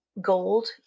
gold